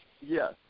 Yes